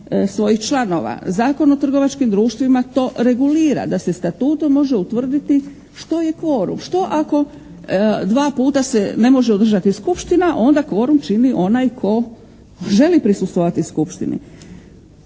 svojih članova. Zakon o trgovačkim društvima to regulira da se statutom može utvrditi što je kvorum. Što ako dva puta se ne može održati skupština onda kvorum čini onaj tko želi prisustvovati skupštini.